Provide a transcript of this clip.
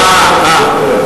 אה,